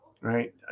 right